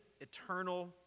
eternal